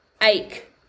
ache